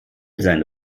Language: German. seine